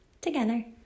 together